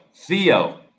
Theo